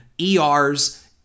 ERs